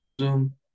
Zoom